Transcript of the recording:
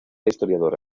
historiador